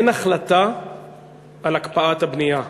אין החלטה על הקפאת הבנייה,